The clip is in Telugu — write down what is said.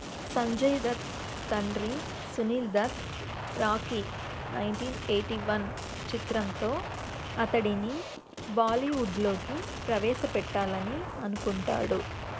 సంజయ్ దత్ తండ్రి Sunil Dutt Rocky nineteen eighty one చిత్రంతో అతడిని బాలీవుడ్లోకి ప్రవేశపెట్టాలని అనుకుంటాడు